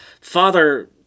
Father